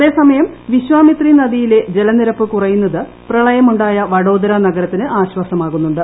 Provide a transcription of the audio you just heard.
അതേസമയം വിശ്വാമിത്രി നദിയിലെ ജല നിരപ്പ് കുറയുന്നത് പ്രളയം ഉണ്ടായ വഡോദരനഗരത്തിന് ആശ്വാസമാകുന്നുണ്ട്